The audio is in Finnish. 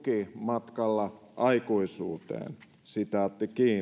matkalla aikuisuuteen